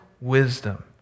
wisdom